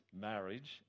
marriage